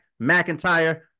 McIntyre